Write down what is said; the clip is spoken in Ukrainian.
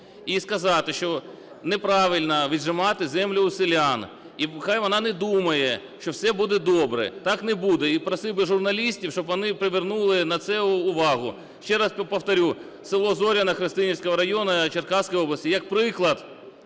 і сказати, що неправильно віджимати землю у селян. І нехай вона не думає, що все буде добре, так не буде. І просив би журналістів, щоб вони привернули на це увагу. Ще раз повторю, село Зоряне Христинівського району Черкаської області як приклад,